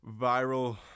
viral